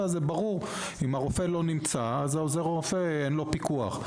אז זה ברור שאם הרופא לא נמצא אז לעוזר הרופא אין פיקוח.